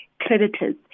creditors